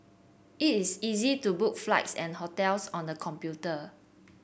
it is easy to book flights and hotels on the computer